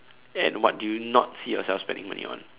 and what did you not see yourself spending money on